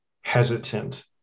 hesitant